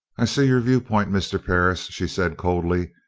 i see your viewpoint, mr. perris, she said coldly.